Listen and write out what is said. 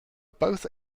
both